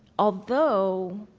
although